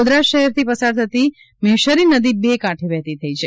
ગોધરા શહેરથી પસાર થતી મેશહરી નદી બે કાંઠે વહેતી થઇ છે